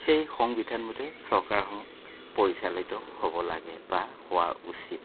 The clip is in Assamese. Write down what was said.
সেই সংবিধান মতে চৰকাৰসমূহ পৰিচালিত হ'ব লাগে বা হোৱা উচিত